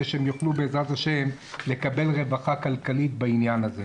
שהם יוכלו לקבל רווחה כלכלית בעניין הזה.